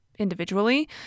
individually